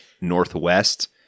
northwest